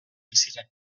ziren